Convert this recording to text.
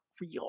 real